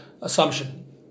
Assumption